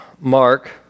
Mark